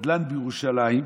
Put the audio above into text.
נדל"ן בירושלים,